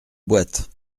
boîte